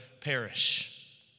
perish